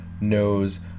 knows